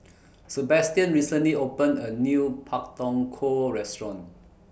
Sabastian recently opened A New Pak Thong Ko Restaurant